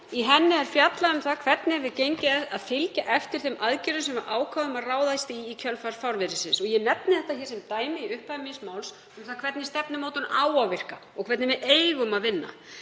Í henni er fjallað um hvernig gengið hefur að fylgja eftir þeim aðgerðum sem við ákváðum að ráðast í í kjölfar fárviðrisins. Ég nefni þetta sem dæmi um hvernig stefnumótun á að virka og hvernig við eigum að vinna.